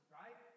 right